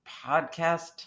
podcast